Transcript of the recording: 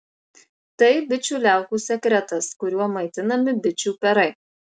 tai bičių liaukų sekretas kuriuo maitinami bičių perai